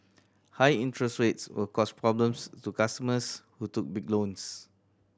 high interest rates will cause problems to customers who took big loans